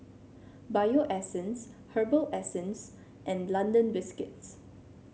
Bio Essence Herbal Essences and London Biscuits